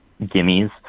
gimmies